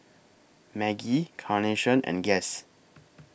Maggi Carnation and Guess